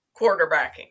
quarterbacking